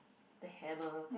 the hammer